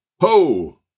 ho